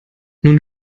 nun